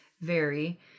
vary